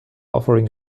offering